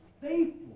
faithful